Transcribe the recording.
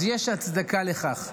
אז יש הצדקה לכך.